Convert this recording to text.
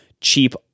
cheap